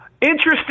Interesting